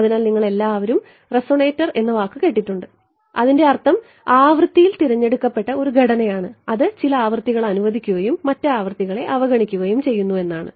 അതിനാൽ നിങ്ങൾ എല്ലാവരും റെസോണേറ്റർ എന്ന വാക്ക് കേട്ടിട്ടുണ്ട് അതിന്റെ അർത്ഥം ആവൃത്തിയിൽ തിരഞ്ഞെടുക്കപ്പെട്ട ഒരു ഘടനയാണ് അത് ചില ആവൃത്തികൾ അനുവദിക്കുകയും മറ്റ് ആവൃത്തികളെ അവഗണിക്കുകയും ചെയ്യുന്നു എന്നാണ്